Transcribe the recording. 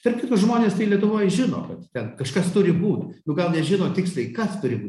tarp kitko žmonės tai lietuvoj žino kad ten kažkas turi būt nu gal nežino tiksliai kas turi